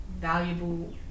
valuable